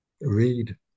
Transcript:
read